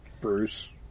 Bruce